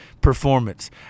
performance